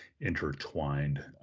intertwined